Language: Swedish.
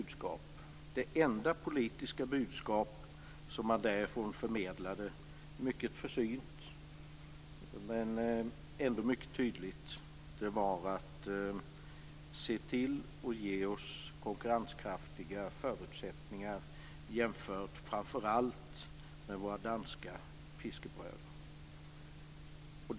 Det enda politiska budskap som de, mycket försynt men ändå mycket tydligt, förmedlade var att vi skulle se till att ge dem konkurrenskraftiga förutsättningar, framför allt jämfört med deras danska fiskarbröder.